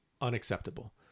unacceptable